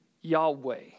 Yahweh